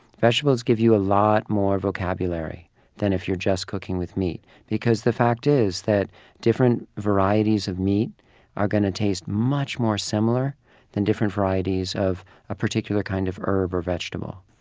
vegetables give you a lot more vocabulary than if you're just cooking with meat. the fact is that different varieties of meat are going to taste much more similar than different varieties of a particular kind of herb or vegetable